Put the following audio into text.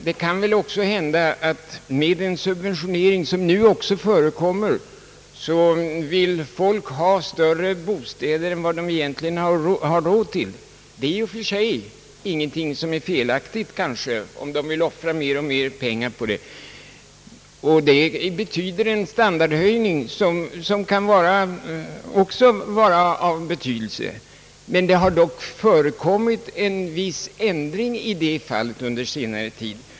Det kan väl också hända att folk, med nuvarande subventionering, vill ha större bostäder än vad de egentligen har råd till. Det är kanske i och för sig ingenting felaktigt, om de vill offra mer och mer pengar på den saken. Det innebär en standardhöjning som också kan ha en viss betydelse. Det har dock blivit en viss ändring i det avseendet under senare tid.